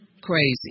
crazy